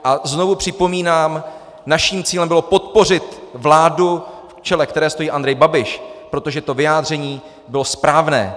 A znovu připomínám, naším cílem bylo podpořit vládu, v jejímž čele stojí Andrej Babiš, protože to vyjádření bylo správné.